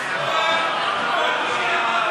אגב, מרצ היא לא המפלגה שלי.